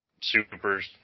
super